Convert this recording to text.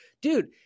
dude